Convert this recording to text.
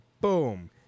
boom